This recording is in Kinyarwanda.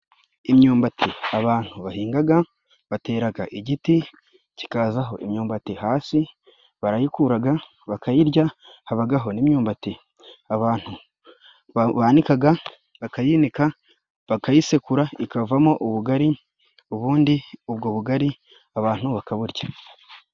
Imyumbati abantu bahingaga. Bateraga igiti kikazaho imyumbati hasi. barayikuraga bakayirya, habagaho n'imyumbati abantu banikaga, bakayinika, bakayisekura ikavamo ubugari. Ubundi ubwo bugari abantu bakaburya.